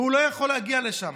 והם לא יכולים להגיע לשם.